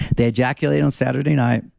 they ejaculate on saturday night.